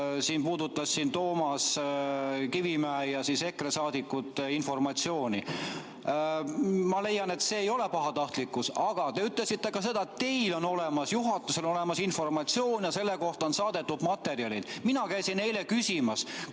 mis puudutas siin Toomas Kivimäe ja EKRE saadikute informatsiooni. Ma leian, et see ei ole pahatahtlikkus. Aga te ütlesite ka seda, et teil on olemas, juhatusel on olemas informatsioon ja selle kohta on saadetud materjalid. Mina käisin eile küsimas,